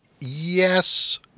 Yes